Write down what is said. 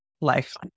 life